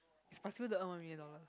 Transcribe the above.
it's possible to earn one million dollars